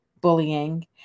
bullying